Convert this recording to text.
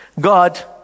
God